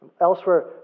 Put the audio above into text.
Elsewhere